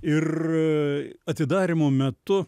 ir atidarymo metu